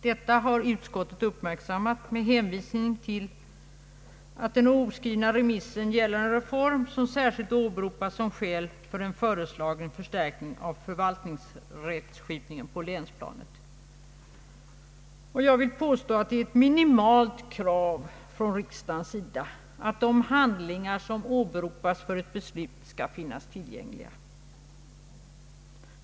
Detta har utskottet uppmärksammat med hänvisning till att den oskrivna remissen gällde en reform som särskilt åberopats såsom skäl för en föreslagen förstärkning av förvaltningsrättsskipningen på länsplanet. Jag vill påstå att det är ett minimikrav från riksdagens sida att de handlingar som åberopas för ett beslut skall finnas tillgängliga.